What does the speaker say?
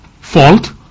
fault